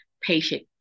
patient